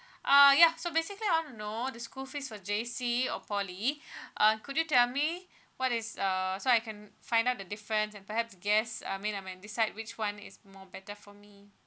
uh ya so basically I want to know this school fees for J_C or poly uh could you tell me what is uh so I can find out the difference and perhaps guess I mean I might decide which one is more better for me